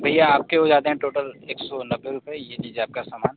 भैया आपके हो जाते हैं टोटल एक सौ नब्बे रुपये ये लीजिए आपका सामान